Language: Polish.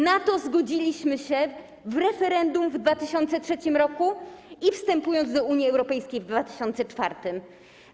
Na to zgodziliśmy się w referendum w 2003 r. i wstępując do Unii Europejskiej w 2004 r.